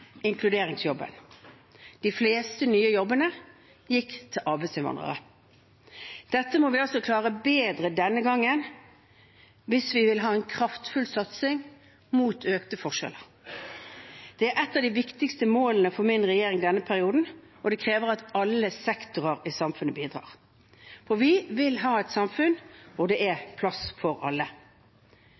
inkluderingsjobben. De fleste nye jobbene gikk til arbeidsinnvandrere. Dette må vi altså klare bedre denne gangen hvis vi vil ha en kraftfull satsing mot økte forskjeller. Det er et av de viktigste målene for min regjering denne perioden, og det krever at alle sektorer i samfunnet bidrar. Vi vil ha et samfunn hvor det er plass for alle.